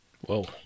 whoa